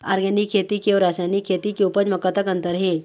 Organic खेती के अउ रासायनिक खेती के उपज म कतक अंतर हे?